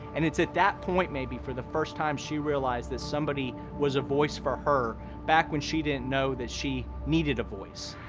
and it's at that point maybe for the first time she realized that somebody was a voice for her back when she didn't know that she needed a voice.